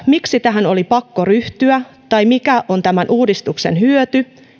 miksi tähän oli pakko ryhtyä tai mikä on tämän uudistuksen hyöty